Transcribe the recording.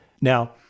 Now